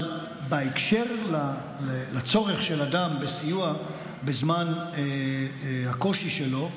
אבל בהקשר של הצורך של אדם בסיוע בזמן הקושי שלו,